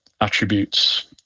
attributes